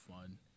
fun